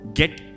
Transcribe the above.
get